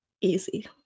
easy